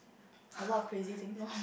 a lot of crazy things